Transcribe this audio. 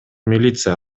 милиция